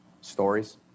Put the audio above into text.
Stories